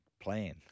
plan